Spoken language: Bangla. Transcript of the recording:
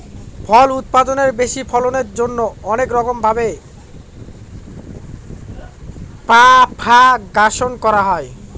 ফল উৎপাদনের বেশি ফলনের জন্যে অনেক রকম ভাবে প্রপাগাশন করা হয়